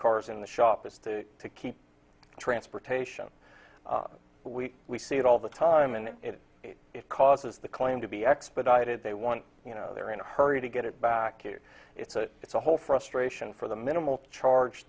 car's in the shop is to keep transportation we we see it all the time and it it causes the claim to be expedited they want you know they're in a hurry to get it back you it's a it's a whole frustration for the minimal charge